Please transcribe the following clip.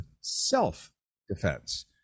self-defense